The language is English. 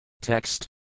Text